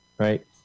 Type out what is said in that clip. Right